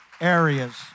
areas